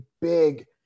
big